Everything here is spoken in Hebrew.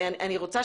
אין לנו הרבה זמן,